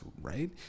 right